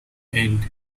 and